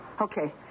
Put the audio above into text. Okay